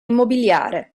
immobiliare